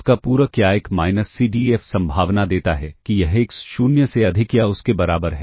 उस का पूरक या 1 माइनस C D F संभावना देता है कि यह एक्स शून्य से अधिक या उसके बराबर है